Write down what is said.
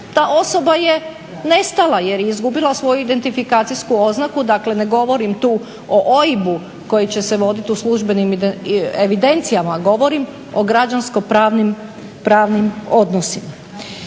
ta osoba je nestala jer je izgubila svoju identifikacijsku oznaku. Dakle ne govorim tu o OIB-u koji će se vodit u službenim evidencijama, govorim o građansko-pravnim odnosima.